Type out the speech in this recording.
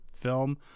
film